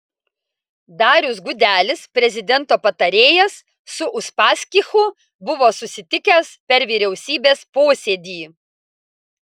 darius gudelis prezidento patarėjas su uspaskichu buvo susitikęs per vyriausybės posėdį